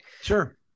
Sure